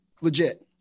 Legit